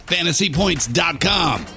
FantasyPoints.com